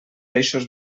eixos